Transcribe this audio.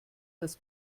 das